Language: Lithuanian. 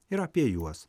ir apie juos